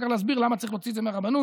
כך להסביר למה צריך להוציא את זה מהרבנות.